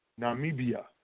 Namibia